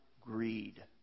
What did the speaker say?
greed